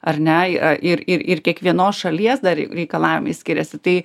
ar ne ir ir ir kiekvienos šalies dar reikalavimai skiriasi tai